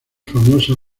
famosa